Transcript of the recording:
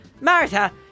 Martha